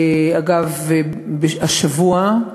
אגב, השבוע,